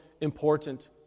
important